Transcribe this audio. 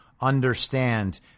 understand